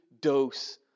dose